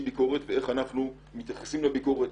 ביקורת ואיך אנחנו מתייחסים לביקורת,